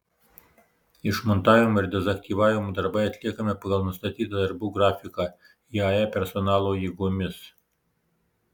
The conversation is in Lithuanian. išmontavimo ir dezaktyvavimo darbai atliekami pagal nustatytą darbų grafiką iae personalo jėgomis